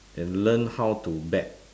then learn how to bet